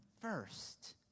first